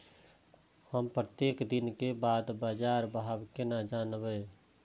हम प्रत्येक दिन के बाद बाजार भाव केना जानब?